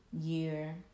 year